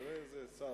תראה איזה שר.